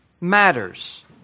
matters